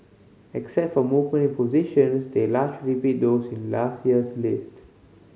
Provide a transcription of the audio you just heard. except for movement in positions they largely repeat those in last year's list